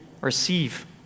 receive